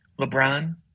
LeBron